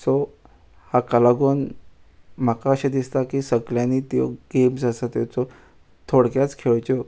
so हाका लागून म्हाका अशें दिसता की सगल्यानी त्यो गेम्स आसा ताचो थोडक्याच खेळच्यो